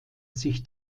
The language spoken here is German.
sich